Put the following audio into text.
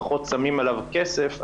פחות שמים עליו כסף.